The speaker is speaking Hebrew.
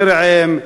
בירעם,